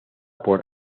por